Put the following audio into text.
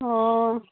অঁ